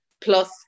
plus